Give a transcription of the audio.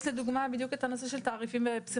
יש לדוגמא בדיוק את אותו הנושא של תעריפים בפסיכיאטריה.